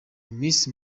miss